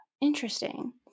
interesting